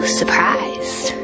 surprised